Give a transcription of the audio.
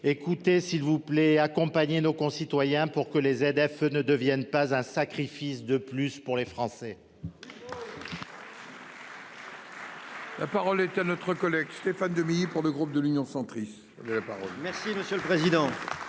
Écoutez, s'il vous plaît, accompagnez nos concitoyens pour que les ZFE ne devienne pas un sacrifice de plus pour les Français. La parole est à notre collègue Stéphane Demilly pour le groupe de l'Union centriste de la parole. Merci monsieur le président.